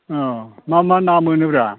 अ मा मा ना मोनोब्रा